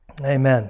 Amen